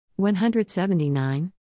179